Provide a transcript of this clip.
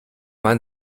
man